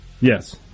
Yes